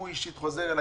הוא אישית חוזר אליי,